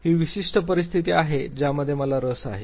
ही विशिष्ट परिस्थिती आहे ज्यामध्ये मला रस आहे